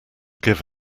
give